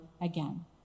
again